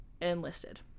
enlisted